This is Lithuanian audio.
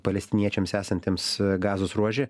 palestiniečiams esantiems gazos ruože